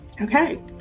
Okay